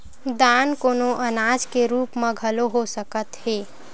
दान कोनो अनाज के रुप म घलो हो सकत हे